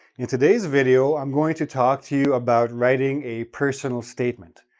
in today's video, i'm going to talk to you about writing a personal statement.